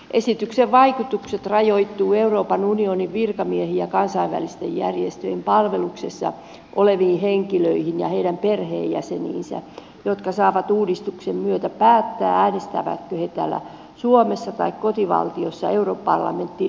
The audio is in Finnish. esityksen vaikutukset rajoittuvat euroopan unionin virkamiehiin ja kansainvälisten järjestöjen palveluksessa oleviin henkilöihin ja heidän perheenjäseniinsä jotka saavat uudistuksen myötä päättää äänestävätkö he täällä suomessa tai kotivaltiossaan europarlamenttivaaleissa